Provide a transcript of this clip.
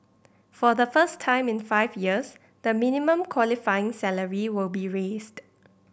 for the first time in five years the minimum qualifying salary will be raised